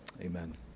Amen